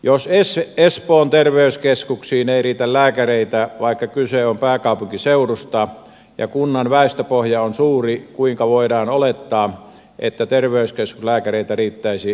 jos espoon terveyskeskuksiin ei riitä lääkäreitä vaikka kyse on pääkaupunkiseudusta ja kunnan väestöpohja on suuri kuinka voidaan olettaa että terveyskeskuslääkäreitä riittäisi syrjäseuduillekin